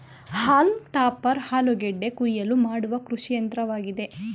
haulm topper ಆಲೂಗೆಡ್ಡೆ ಕುಯಿಲು ಮಾಡುವ ಕೃಷಿಯಂತ್ರವಾಗಿದೆ